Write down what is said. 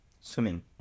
swimming